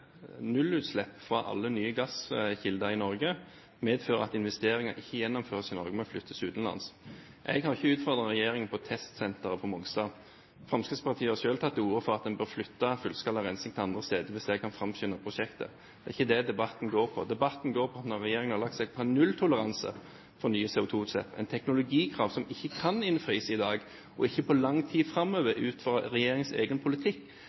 nullutslipp fra alle nye gasskilder i Norge, medfører at investeringer ikke gjennomføres i Norge, men flyttes utenlands. Jeg har ikke utfordret regjeringen på testsenteret på Mongstad. Fremskrittspartiet har selv tatt til orde for at en bør flytte fullskala rensing til andre steder hvis det kan framskynde prosjektet. Det er ikke det debatten går på. Debatten går på: Når regjeringen har lagt seg på nulltoleranse for nye CO2-utslipp – et teknologikrav som ikke kan innfris i dag og ikke på lang tid framover ut fra regjeringens egen politikk